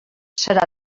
serà